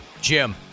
Jim